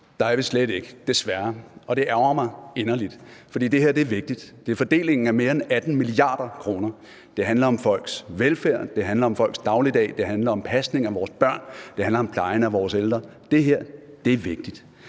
desværre slet ikke – og det ærgrer mig inderligt. For det her er vigtigt. Det er fordelingen af mere end 18 mia. kr. Det handler om folks velfærd, det handler om folks dagligdag, det handler om pasningen af vores børn, det handler om plejen af vores ældre. Det her er vigtigt.